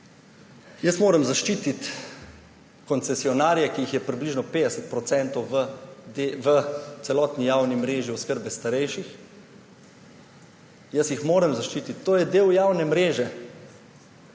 Jaz moram zaščititi koncesionarje, ki jih je približno 50 % v celotni javni mreži oskrbe starejših. Jaz jih moram zaščitit, to je del javne mreže.